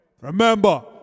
Remember